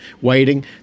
waiting